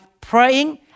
praying